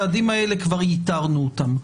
כבר איתרנו אותם.